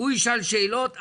הוא ישאל שאלות,